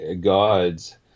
Gods